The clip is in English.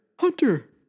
Hunter